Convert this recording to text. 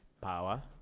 power